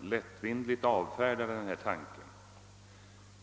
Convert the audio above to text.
lättvindigt — om jag får använda det uttrycket — har avfärdat min tanke.